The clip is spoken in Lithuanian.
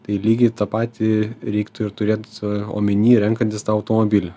tai lygiai tą patį reiktų ir turėt omenyje renkantis tą automobilį